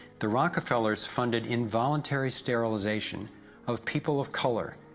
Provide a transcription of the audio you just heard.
the rockefellers funded involuntary sterilization of people of color,